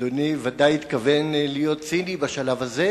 אדוני ודאי התכוון להיות ציני בשלב הזה,